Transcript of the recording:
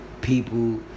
people